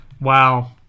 Wow